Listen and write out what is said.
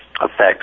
affects